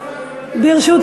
אני דיברתי ללא שר,